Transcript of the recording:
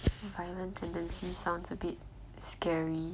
violent tendencies sounds a bit scary